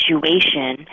situation